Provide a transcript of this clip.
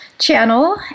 channel